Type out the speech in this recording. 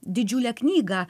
didžiulę knygą